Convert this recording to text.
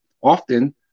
often